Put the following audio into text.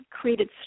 created